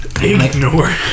Ignore